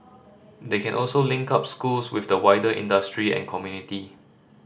they can also link up schools with the wider industry and community